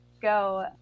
go